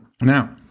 Now